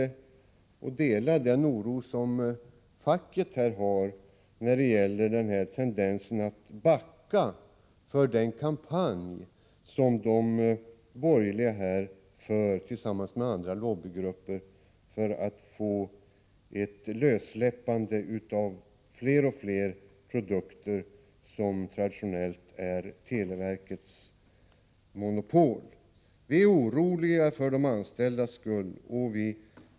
Man kan dela den oro facket har inför tendenserna att backa för den kampanj som de borgerliga driver tillsammans med andra lobbygrupper för att fler och fler produkter som traditionellt är televerkets monopol skall släppas lösa. Vi är oroliga för de anställdas skull.